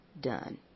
done